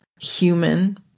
human